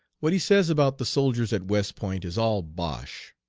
what he says about the soldiers at west point is all bosh.